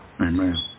Amen